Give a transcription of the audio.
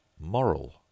Moral